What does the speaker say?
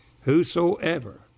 Whosoever